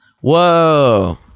Whoa